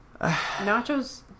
Nachos